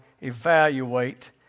evaluate